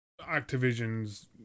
Activision's